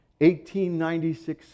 1896